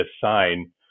sign